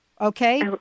Okay